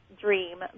dream